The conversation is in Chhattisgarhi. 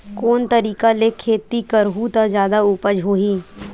कोन तरीका ले खेती करहु त जादा उपज होही?